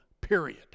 period